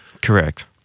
Correct